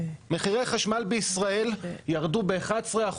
מחירי החשמל בישראל ירדו ב-11%,